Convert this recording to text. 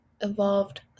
evolved